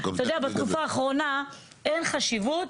אתה יודע, בתקופה האחרונה אין חשיבות